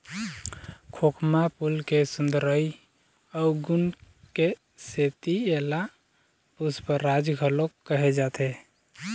खोखमा फूल के सुंदरई अउ गुन के सेती एला पुस्पराज घलोक कहे जाथे